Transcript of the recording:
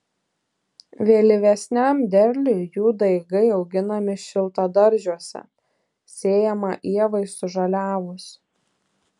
vėlyvesniam derliui jų daigai auginami šiltadaržiuose sėjama ievai sužaliavus